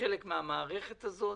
חלק מהמערכת הזאת.